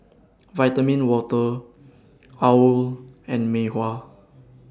Vitamin Water OWL and Mei Hua